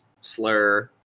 slur